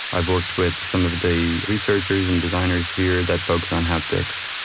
i've worked with some of the researchers and designers here that focus on haptics.